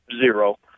zero